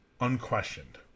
unquestioned